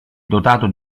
dotato